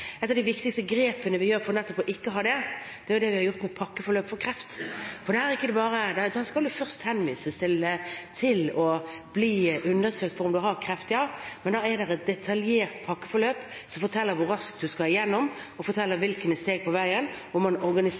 Et av de viktigste grepene vi tar nettopp for ikke å ha det slik, er det vi har gjort med pakkeforløp for kreft. Da skal man først henvises for å bli undersøkt for om man har kreft. Så er det et detaljert pakkeforløp som forteller hvor raskt man skal igjennom, og om stegene på veien. Og man